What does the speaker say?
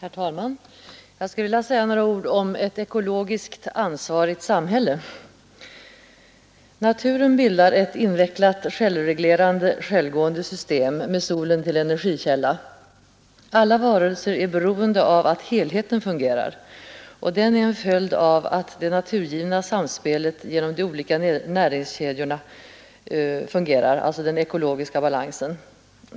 Herr talman! Jag skulle vilja säga några ord om ett ekologiskt ansvarigt samhälle. Naturen bildar ett invecklat, självreglerande, självgående system med solen som energikälla. Alla varelser är beroende av att helheten fungerar, och den är en följd av det naturgivna samspelet genom de olika näringskedjorna, den ekologiska balansen.